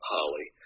Holly